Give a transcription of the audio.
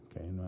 Okay